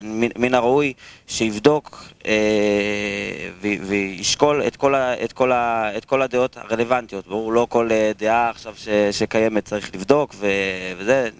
מן הראוי שיבדוק וישקול את כל הדעות הרלוונטיות. ברור, לא כל דעה עכשיו שקיימת צריך לבדוק וזה.